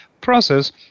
process